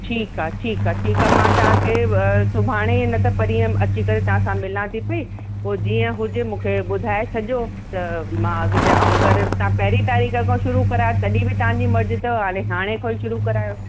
ठीकु ठीकु आहे ठीकु आहे मां तव्हांखे सुभाणे न त परीअं अची करे तव्हां सां मिलां थी पई पोइ जीअं हुजे मूंखे ॿुधाए छॾिजो त मां अॻ ते ऐं अगरि तव्हां पहिरीं तारीख़ खां शुरू करायो तॾहिं बि तव्हांजी मर्ज़ी अथव भले हाणे खां ई शुरू करायो